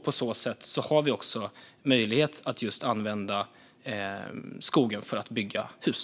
På så sätt har vi också möjlighet att använda skogen för att bygga hus.